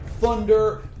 thunder